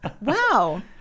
Wow